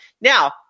Now